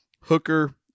Hooker